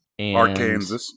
Arkansas